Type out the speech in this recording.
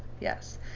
Yes